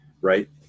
right